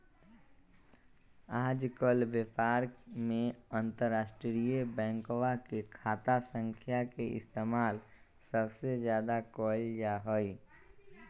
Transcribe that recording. आजकल व्यापार में अंतर्राष्ट्रीय बैंकवा के खाता संख्या के इस्तेमाल सबसे ज्यादा कइल जाहई